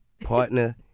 partner